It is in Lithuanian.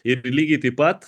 ir lygiai taip pat